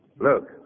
Look